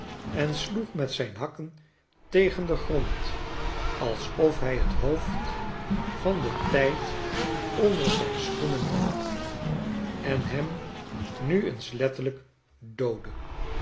en sloeg met zijn hakken tegen den grond alsof hi het hoofd van den tijd onder zijn schoenen hield en hem nu eens letterlijk doodde